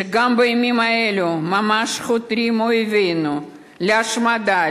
שגם בימים האלה ממש חותרים אויבינו להשמדה,